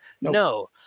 No